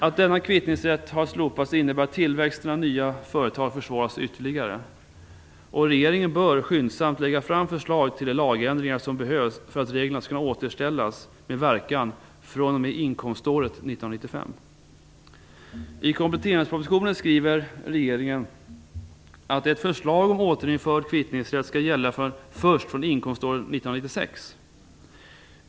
Att denna kvittningsrätt har slopats innebär att tillväxten av nya företag försvåras ytterligare. Regeringen bör skyndsamt lägga fram förslag till de lagändringar som behövs för att reglerna skall kunna återställas med verkan fr.o.m. inkomståret 1995. I kompletteringspropositionen skriver regeringen att ett förslag om återinförd kvittningsrätt skall gälla först från inkomståret 1996.